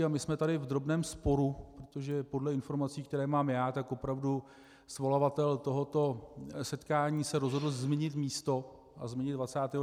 A my jsme tady v drobném sporu, protože podle informací, které mám já, tak opravdu svolavatel tohoto setkání se rozhodl změnit místo a změnit 29.